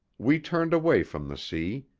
we turned away from the sea,